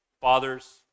Fathers